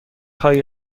هایی